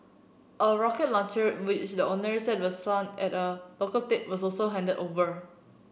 a rocket launcher which the owner said at a local tip was also handed over